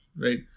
Right